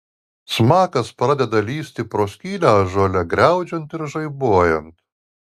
smakas pradeda lįsti pro skylę ąžuole griaudžiant ir žaibuojant